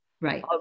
Right